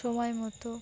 সময় মতো